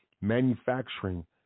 manufacturing